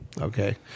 Okay